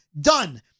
done